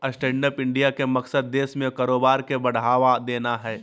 stand up India के मकसद देश में कारोबार के बढ़ावा देना हइ